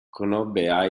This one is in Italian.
conobbe